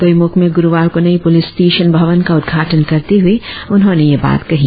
दोईमुख में गुरुवार को नई पुलिस स्टेशन भवन का उद्घाटन करते हुए उन्होंने यह बात कही